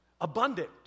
abundant